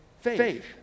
faith